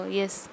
yes